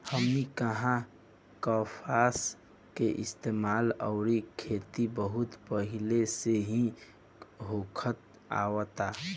हमनी किहा कपास के इस्तेमाल अउरी खेती बहुत पहिले से ही होखत आवता